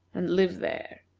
and live there.